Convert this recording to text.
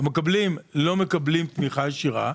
שהמגדלים לא מקבלים תמיכה ישירה.